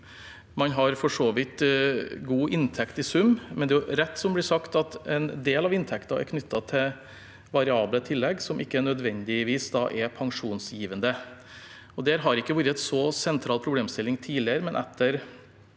Man har for så vidt god inntekt i sum, men det er rett som det blir sagt, at en del av inntekten er knyttet til variable tillegg som ikke nødvendigvis er pensjonsgivende. Det har ikke vært en så sentral problemstilling tidligere, men etter